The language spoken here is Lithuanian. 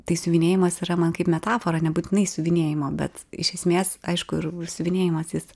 tai siuvinėjimas yra man kaip metafora nebūtinai siuvinėjimo bet iš esmės aišku ir siuvinėjimas jis